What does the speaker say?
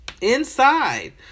Inside